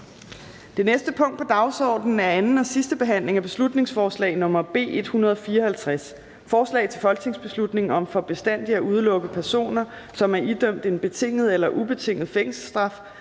Det næste punkt på dagsordenen er: 14) 2. (sidste) behandling af beslutningsforslag nr. B 154: Forslag til folketingsbeslutning om for bestandig at udelukke personer, som er idømt en betinget eller ubetinget fængselsstraf,